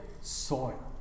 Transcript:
soil